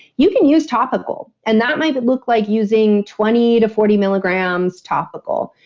you can use topical and that might look like using twenty to forty milligrams topical.